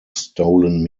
stolen